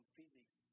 Physics